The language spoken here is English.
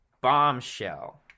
bombshell